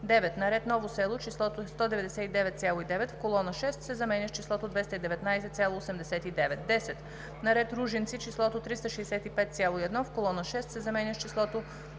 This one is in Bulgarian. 9. на ред Ново село числото „199,9“ в колона 6 се заменя с числото „219,89“. 10. на ред Ружинци числото „365,1“ в колона 6 се заменя с числото